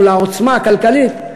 מול העוצמה הכלכלית,